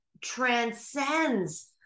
transcends